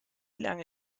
lange